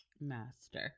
Master